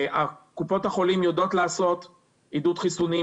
קופות החולים יודעות לעשות עידוד חיסונים,